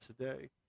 today